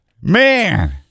Man